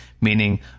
meaning